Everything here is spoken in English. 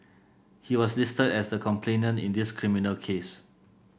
he was listed as the complainant in this criminal case